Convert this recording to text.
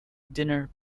dinner